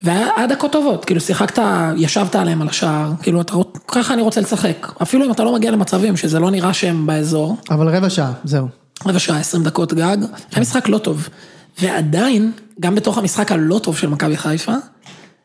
והיה דקות טובות, כאילו שיחקת, ישבת עליהן על השער, כאילו ככה אני רוצה לצחק. אפילו אם אתה לא מגיע למצבים שזה לא נראה שהם באזור. אבל רבע שעה, זהו. רבע שעה, עשרים דקות גג, היה משחק לא טוב. ועדיין, גם בתוך המשחק הלא טוב של מכבי חיפה,